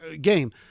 game